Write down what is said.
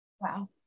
Wow